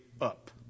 up